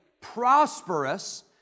prosperous